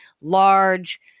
large